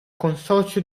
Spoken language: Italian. consorzio